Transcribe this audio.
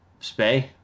Spay